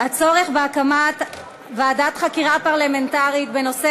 הצורך בהקמת ועדת חקירה פרלמנטרית בנושא